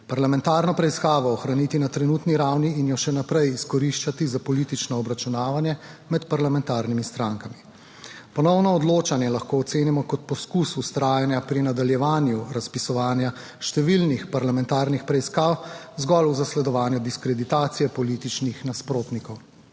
parlamentarno preiskavo ohraniti na trenutni ravni in jo še naprej izkoriščati za politično obračunavanje med parlamentarnimi strankami. Ponovno odločanje lahko ocenimo kot poskus vztrajanja pri nadaljevanju razpisovanja številnih parlamentarnih preiskav zgolj v zasledovanju diskreditacije političnih nasprotnikov.